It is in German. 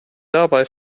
dabei